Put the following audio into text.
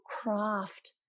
craft